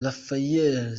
raphael